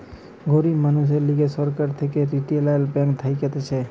গরিব মানুষদের লিগে সরকার থেকে রিইটাল ব্যাঙ্ক থাকতিছে